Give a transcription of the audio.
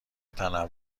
تنوع